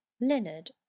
Leonard